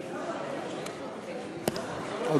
בבקשה, אדוני.